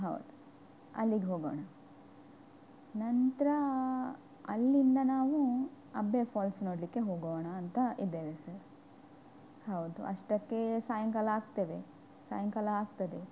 ಹೌದು ಅಲ್ಲಿಗೆ ಹೋಗೋಣ ನಂತರ ಅಲ್ಲಿಂದ ನಾವು ಅಬ್ಬೆ ಫಾಲ್ಸ್ ನೋಡಲಿಕ್ಕೆ ಹೋಗೋಣ ಅಂತ ಇದ್ದೇವೆ ಸರ್ ಹೌದು ಅಷ್ಟಕ್ಕೆ ಸಾಯಂಕಾಲ ಆಗ್ತೇವೆ ಸಾಯಂಕಾಲ ಆಗ್ತದೆ